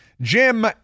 Jim